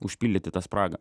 užpildyti tą spragą